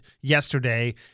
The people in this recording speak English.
yesterday